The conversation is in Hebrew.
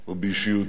ובאישיותו